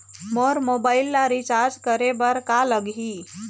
मोर mobile ला recharge करे बर का लगही?